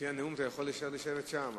הרב מוזס, לפי הנאום אתה יכול להמשיך לשבת שם.